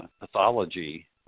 pathology